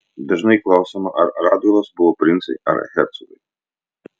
dažnai klausiama ar radvilos buvo princai ar hercogai